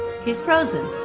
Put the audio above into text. he's frozen.